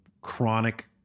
chronic